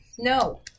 No